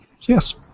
Yes